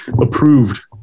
approved